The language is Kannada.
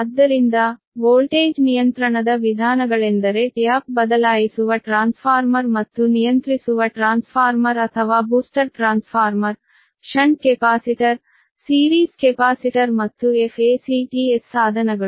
ಆದ್ದರಿಂದ ವೋಲ್ಟೇಜ್ ನಿಯಂತ್ರಣದ ವಿಧಾನಗಳೆಂದರೆ ಟ್ಯಾಪ್ ಬದಲಾಯಿಸುವ ಟ್ರಾನ್ಸ್ಫಾರ್ಮರ್ ಮತ್ತು ನಿಯಂತ್ರಿಸುವ ಟ್ರಾನ್ಸ್ಫಾರ್ಮರ್ ಅಥವಾ booster transformer shunt capacitor series capacitor ಮತ್ತು FACTS ಸಾಧನಗಳು